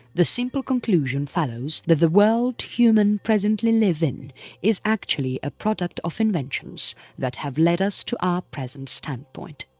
the simple conclusion follows that the world human presently live in is actually a product of inventions that have led us to our present standpoint.